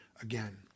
again